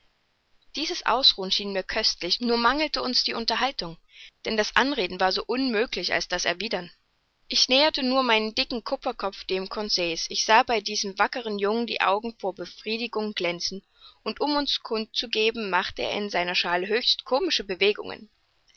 dieses ausruhen schien mir köstlich nur mangelte uns die unterhaltung denn das anreden war so unmöglich als das erwidern ich näherte nur meinen dicken kupferkopf dem conseil's ich sah bei diesem wackern jungen die augen vor befriedigung glänzen und um es kund zu geben machte er in seiner schale höchst komische bewegungen